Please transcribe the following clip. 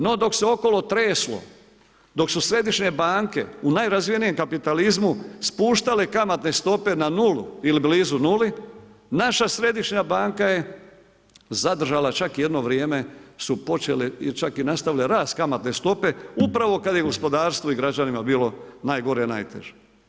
No dok se okolo treslo, dok su središnje banke u najrazvijenijem kapitalizmu spuštale kamatne stope na nulu ili blizu nuli, naša središnja banka je zadržala čak i jedno vrijeme su počeli čak i nastavili rast kamatne stope upravo kada je gospodarstvu i građanima bilo najgore i najteže.